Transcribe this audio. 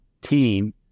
team